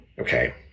Okay